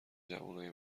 جوونای